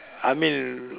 I mean